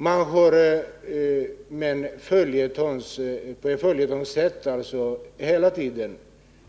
Som en följetong